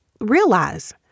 realize